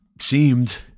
seemed